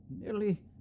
nearly